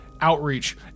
Outreach